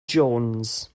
jones